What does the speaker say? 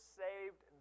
saved